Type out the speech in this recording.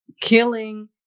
killing